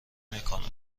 میکند